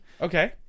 Okay